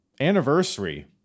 anniversary